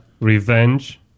Revenge